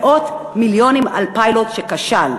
מאות מיליונים על פיילוט שכשל,